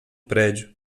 prédio